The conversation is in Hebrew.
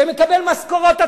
שמקבל משכורות עתק,